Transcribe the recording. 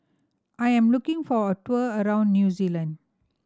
I'm looking for a tour around New Zealand